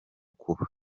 kuba